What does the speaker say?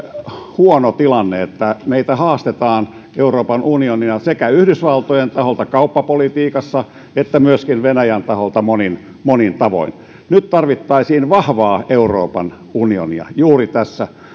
huono tilanne että meitä haastetaan euroopan unionina sekä yhdysvaltojen taholta kauppapolitiikassa että myöskin venäjän taholta monin monin tavoin nyt tarvittaisiin vahvaa euroopan unionia juuri tässä